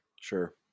Sure